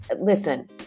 listen